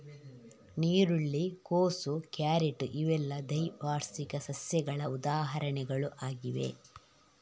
ನೀರುಳ್ಳಿ, ಕೋಸು, ಕ್ಯಾರೆಟ್ ಇವೆಲ್ಲ ದ್ವೈವಾರ್ಷಿಕ ಸಸ್ಯಗಳ ಉದಾಹರಣೆಗಳು ಆಗಿವೆ